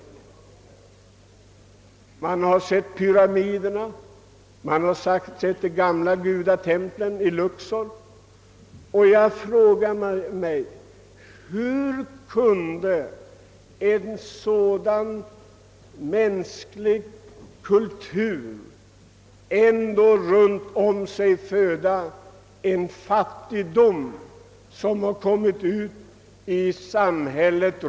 Eller man kan se på pyramiderna eller de gamla gudatemplen i Luxor och fråga sig hur en sådan kultur kunde existera med djupaste fattigdom runt omkring sig i samhället.